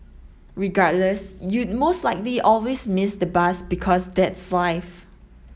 regardless you'd most likely always miss the bus because that's life